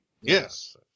Yes